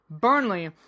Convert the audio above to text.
Burnley